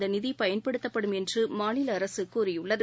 இந்தநிதிபயன்படுத்தப்படும் என்றுமாநிலஅரசுகூறியுள்ளது